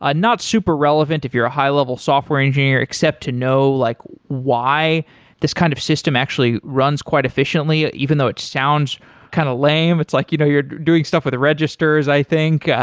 ah not super relevant if you're a high-level software engineer except to know like why this kind of system actually runs quite efficiently even though it sounds kind of lame. it's like you know are doing stuff with a register s i think,